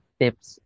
tips